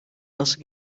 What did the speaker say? nasıl